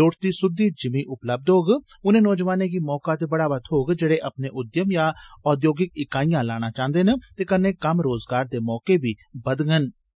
लोड़चदी सुद्दी जिमी उपलब्ध होग उनें नौजवानें गी मौका ते बढ़ावा थोग जेड़े अपने उद्यम या औद्योगिक इकाइयां लाना चाहंदे न ते कन्नै कम्म रोजगार दे मौकें च बी बाद्दा विस्तार होग